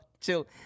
chill